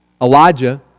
Elijah